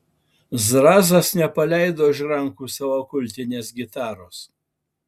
zrazas nepaleido iš rankų savo kultinės gitaros